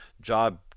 job